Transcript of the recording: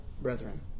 brethren